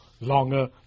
longer